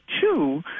two